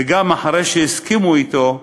וגם אחרי שהסכימו אתו,